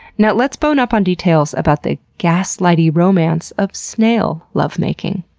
now, let's bone up on details about the gas-lighty romance of snail lovemaking.